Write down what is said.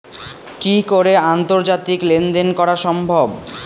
কি করে আন্তর্জাতিক লেনদেন করা সম্ভব?